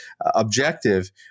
objective